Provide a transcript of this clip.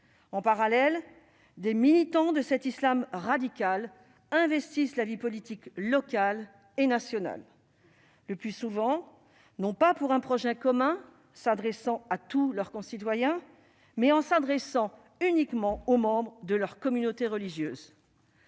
En parallèle, des militants de cet islam radical investissent la vie politique locale et nationale, le plus souvent pour un projet qui n'est pas commun, s'adressant à tous leurs concitoyens, mais qui vise uniquement les membres de leur communauté religieuse.